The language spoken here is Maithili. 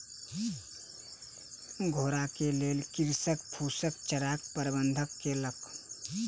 घोड़ा के लेल कृषक फूसक चाराक प्रबंध केलक